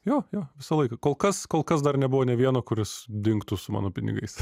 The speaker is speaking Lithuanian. jo jo visą laiką kol kas kol kas dar nebuvo nė vieno kuris dingtų su mano pinigais